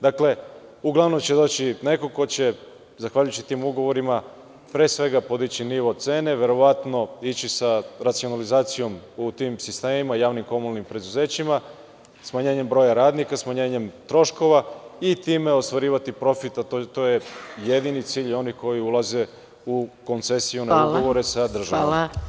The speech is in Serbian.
Dakle, uglavnom će doći neko ko će zahvaljujući tim ugovorima, pre svega, podići nivo cene, verovatno ići sa racionalizacijom u tim sistemima, javnim komunalnim preduzećima, smanjenjem broja radnika, smanjenjem troškova i time ostvarivati profit, a to je jedini cilj onih koji ulaze u koncesiju na ugovore sa državom.